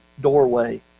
doorway